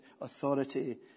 authority